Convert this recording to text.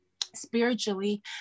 spiritually